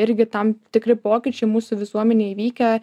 irgi tam tikri pokyčiai mūsų visuomenėj įvykę